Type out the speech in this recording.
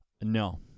No